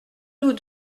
nous